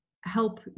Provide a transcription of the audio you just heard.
help